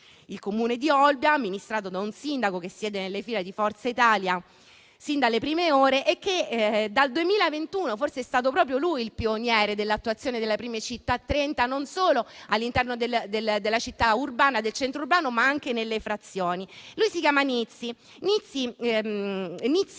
Il Comune di Olbia è amministrato da un sindaco che siede nelle fila di Forza Italia sin dalle prime ore; nel 2021 forse è stato proprio lui il pioniere dell'attuazione delle prime Città 30, non solo all'interno della città urbana e del centro urbano, ma anche nelle frazioni. Lui si chiama Nizzi